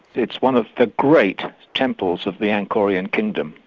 it's one of the great temples of the angkorean kingdom,